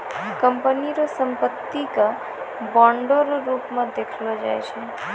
company रो संपत्ति के बांडो रो रूप मे देखलो जाय छै